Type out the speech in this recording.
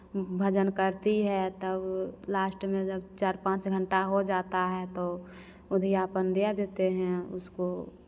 भजन करती है तब लास्ट में जब चार पांच घंटा हो जाता है तो उद्यापन दिया देते हैं उसको